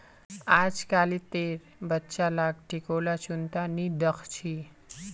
अजकालितेर बच्चा लाक टिकोला चुन त नी दख छि